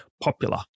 popular